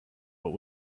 what